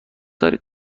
دارید